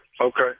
okay